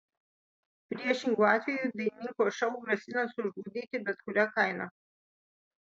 priešingu atveju dainininko šou grasina sužlugdyti bet kuria kaina